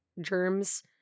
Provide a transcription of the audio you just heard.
germs